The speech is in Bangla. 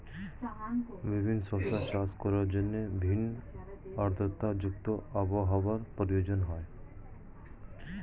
বিভিন্ন শস্য চাষ করার জন্য ভিন্ন আর্দ্রতা যুক্ত আবহাওয়ার প্রয়োজন হয়